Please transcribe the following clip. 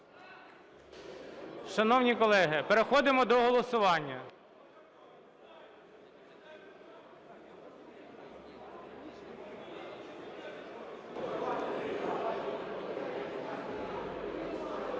Шановні колеги, переходимо до голосування.